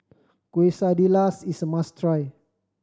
quesadillas is a must try